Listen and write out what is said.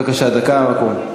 בבקשה, דקה מהמקום.